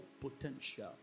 potential